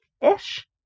ish